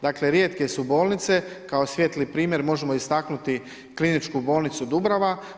Dakle, rijetke su bolnice, kao svijetli primjer možemo istaknuti Kliničku bolnicu Dubrava.